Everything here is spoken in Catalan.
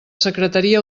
secretaria